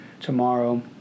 tomorrow